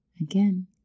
again